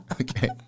okay